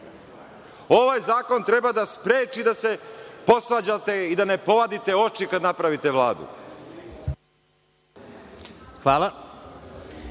zakon treba da spreči da se posvađate i da ne povadite oči kada napravite Vladu.